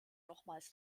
nochmals